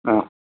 ആ